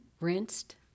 rinsed